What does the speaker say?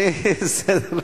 בסדר.